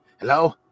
Hello